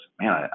man